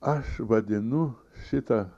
aš vadinu šitą